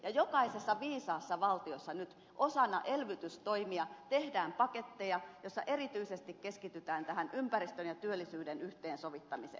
jokaisessa viisaassa valtiossa nyt osana elvytystoimia tehdään paketteja joissa erityisesti keskitytään tähän ympäristön ja työllisyyden yhteensovittamiseen